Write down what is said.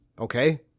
Okay